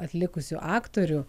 atlikusių aktorių